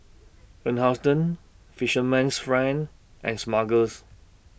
Van Houten Fisherman's Friend and Smuckers